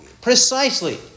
precisely